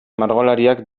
margolariak